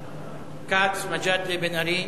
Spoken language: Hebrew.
כץ, מג'אדלה, בן-ארי?